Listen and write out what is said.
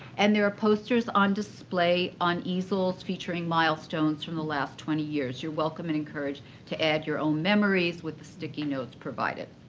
and there are posters on display on easels featuring milestones from the last twenty years. you're welcome and encouraged to add your own memories with the sticky notes provided.